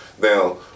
now